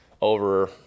over